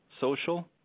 social